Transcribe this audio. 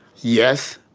yes,